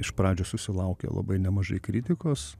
iš pradžių susilaukė labai nemažai kritikos